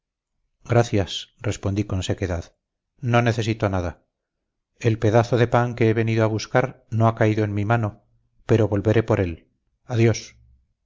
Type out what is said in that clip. gracias respondí con sequedad no necesito nada el pedazo de pan que he venido a buscar no ha caído en mi mano pero volveré por él adiós